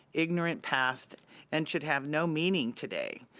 ignorant past and should have no meaning today.